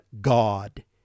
God